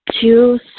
two